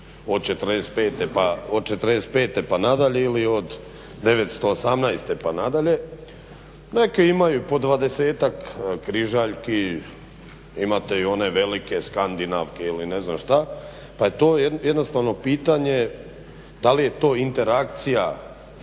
od '45. pa nadalje ili od 918. pa nadalje. Neke imaju i po 20-tak križaljki, imate i one velike skandinavke ili ne znam šta pa je to jednostavno pitanje da li je to interakcija